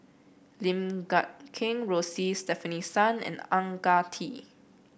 Lim Guat Kheng Rosie Stefanie Sun and Ang Ah Tee